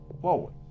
forward